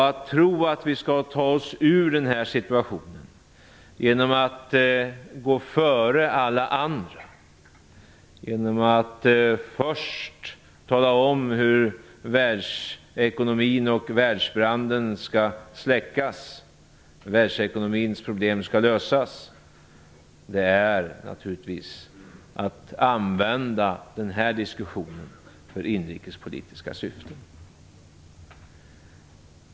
Att tro att vi skall ta oss ur denna situation genom att gå före alla andra och genom att först tala om hur världsekonomins problem skall lösas och världsbranden släckas är naturligtvis att använda den här diskussionen för inrikespolitiska syften.